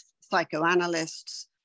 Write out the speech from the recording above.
psychoanalysts